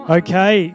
okay